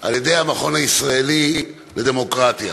על-ידי המכון הישראלי לדמוקרטיה.